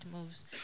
Moves